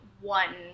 one